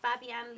Fabian